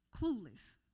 clueless